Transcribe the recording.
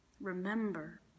Remember